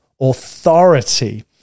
authority